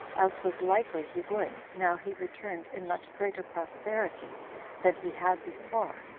as was likely he would, now he returned in much greater prosperity than he had before.